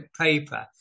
paper